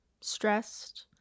Stressed